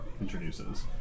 introduces